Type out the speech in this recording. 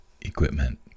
equipment